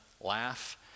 laugh